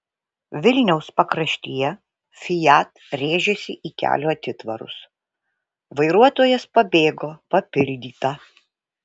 vilniaus pakraštyje fiat rėžėsi į kelio atitvarus vairuotojas pabėgo papildyta